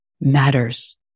matters